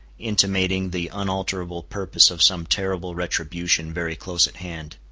intimating the unalterable purpose of some terrible retribution very close at hand.